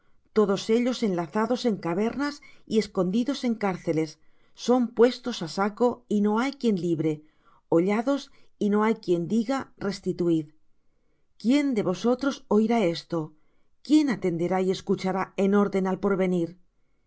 todos ellos enlazados en cavernas y escondidos en cárceles son puestos á saco y no hay quien libre hollados y no hay quien diga restituid quién de vosotros oirá esto quién atenderá y escuchará en orden al porvernir